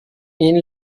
این